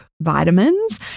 vitamins